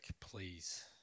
please